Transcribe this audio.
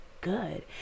good